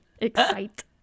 Excite